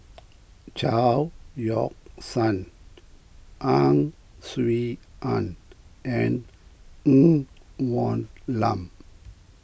Chao Yoke San Ang Swee Aun and Ng Woon Lam